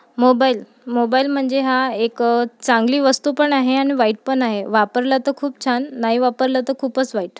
mobile mobile म्हणजे हा एक चांगली वस्तू पण आहे आणि वाईट पण आहे वापरलं तर खूप छान नाही वापरलं तर खूपच वाईट